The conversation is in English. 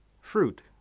fruit